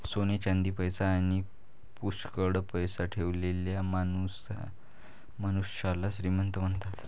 सोने चांदी, पैसा आणी पुष्कळ पैसा ठेवलेल्या मनुष्याला श्रीमंत म्हणतात